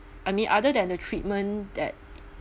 I mean other than the treatment that